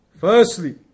Firstly